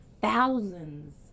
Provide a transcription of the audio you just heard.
thousands